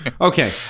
okay